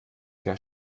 der